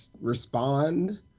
respond